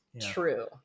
true